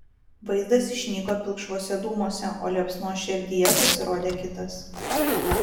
vaizdas išnyko pilkšvuose dūmuose o liepsnos šerdyje pasirodė kitas